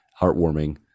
heartwarming